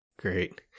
Great